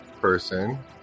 person